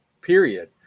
period